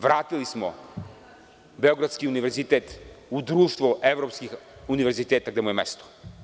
Vratili smo Beogradski univerzitet u društvo evropskih univerziteta gde mu je mesto.